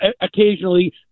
occasionally